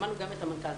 שמענו את המנכ"ל.